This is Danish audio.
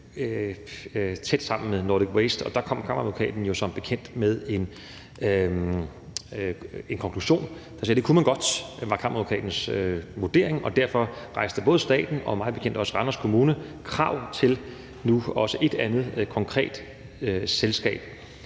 tæt sammen med Nordic Waste, og der kom Kammeradvokaten jo som bekendt med en konklusion, der sagde, at det kunne man godt. Det var Kammeradvokatens vurdering, og derfor rejste både staten og mig bekendt også Randers Kommune krav til nu også et andet konkret selskab.